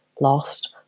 lost